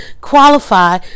qualify